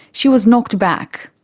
she was knocked back.